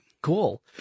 Cool